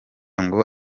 ngo